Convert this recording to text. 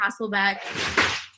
Hasselbeck